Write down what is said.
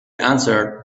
answered